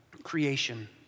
creation